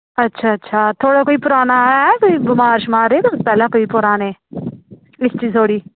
अच्छा अच्छा थोआड़ा कोई पराना ऐ तुस बमार शमार रेह् तुस पैह्ले कोई पराने हिस्ट्री थोआड़ी